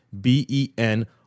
B-E-N